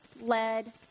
led